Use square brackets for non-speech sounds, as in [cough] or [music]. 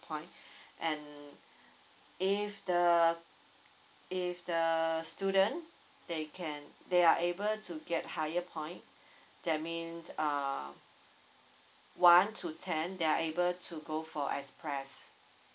point [breath] and [breath] if the if the student they can they are able to get higher point [breath] that means uh one to ten they are able to go for express